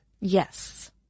Yes